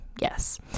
Yes